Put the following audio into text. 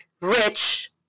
rich